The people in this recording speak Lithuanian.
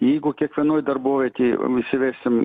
jeigu kiekvienoj darbovietėj įsivesim